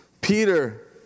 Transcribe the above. Peter